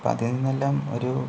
അപ്പോൾ അതിൽ നിന്നെല്ലാം ഒരു